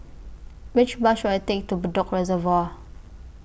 Which Bus should I Take to Bedok Reservoir